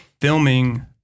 filming